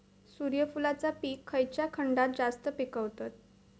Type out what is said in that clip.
सूर्यफूलाचा पीक खयच्या खंडात जास्त पिकवतत?